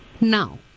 Now